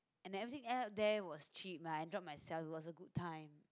and everything else there was cheap I enjoyed myself it was a good time